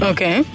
Okay